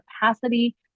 capacity